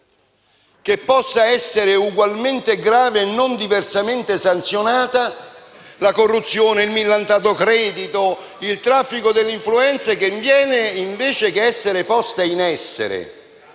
che possano essere ugualmente gravi e non diversamente sanzionati i reati di corruzione, di millantato credito o di traffico di influenze che, invece che essere posti in essere